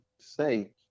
Say